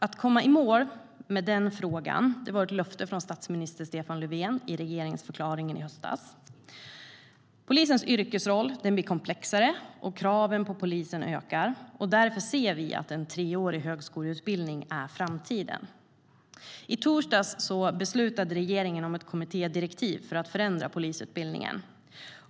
Att komma i mål med den frågan var ett löfte från statsminister Stefan Löfven i regeringsförklaringen i höstas. Polisens yrkesroll blir allt komplexare, och kraven på polisen ökar. Därför ser vi att en treårig högskoleutbildning är framtiden.I torsdags beslutade regeringen om ett kommittédirektiv för att förändra polisutbildningen.